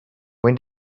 when